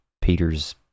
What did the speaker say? Peter's